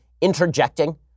interjecting